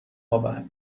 آورد